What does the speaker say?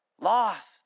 lost